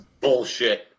bullshit